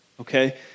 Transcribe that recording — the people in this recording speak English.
okay